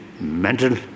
mental